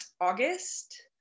august